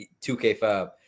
2k5